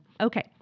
okay